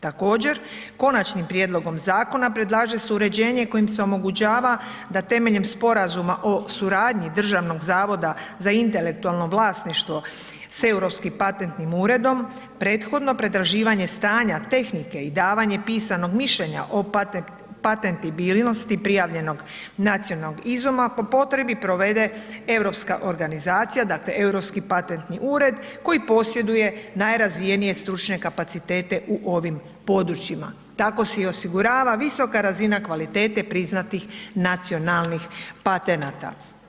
Također Konačnim prijedlogom zakona predlaže se uređenje kojim se omogućava da temeljem Sporazuma o suradnji Državnog zavoda za intelektualno vlasništvo s Europskim patentnim uredom prethodno pretraživanje stanja tehnike i davanje pisanog mišljenja o patentibilnosti prijavljenog nacionalnog izuma po potrebi provede Europska organizacija, dakle Europski patentni ured koji posjeduje najrazvijenije stručne kapacitete u ovim područjima, tako se i osigurava visoka razina kvalitete priznatih nacionalnih patenata.